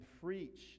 preach